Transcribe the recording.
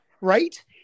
right